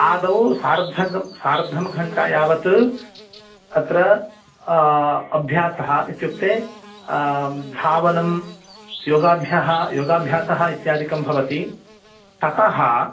आदौ सार्धकं सार्धघण्टा यावत् अत्र अभ्यासः इत्युक्ते धावनं योगाभ्यः योगाभ्यासः इत्यादिकं भवति ततः